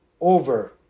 over